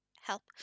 help